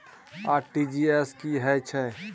RTG S की है छै?